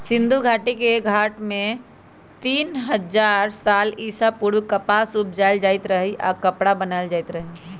सिंधु नदिके घाट में तीन हजार साल ईसा पूर्व कपास उपजायल जाइत रहै आऽ कपरा बनाएल जाइत रहै